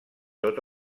tot